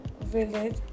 village